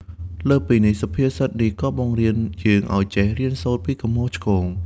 លើសពីនេះ សុភាសិតនេះក៏បង្រៀនយើងឱ្យចេះ រៀនសូត្រពីកំហុសឆ្គង។